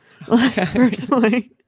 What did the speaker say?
personally